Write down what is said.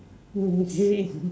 okay mm